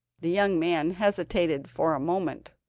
the young man hesitated for a moment,